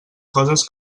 coses